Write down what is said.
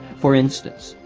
for instance,